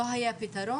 לא היה פתרון,